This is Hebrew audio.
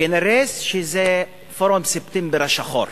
כנראה זה פורום ספטמבר השחור.